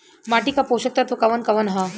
माटी क पोषक तत्व कवन कवन ह?